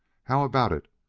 how about it?